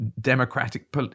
democratic